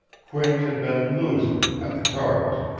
quint had been losing, at the cards.